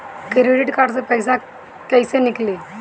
Credit card से पईसा केइसे निकली?